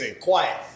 quiet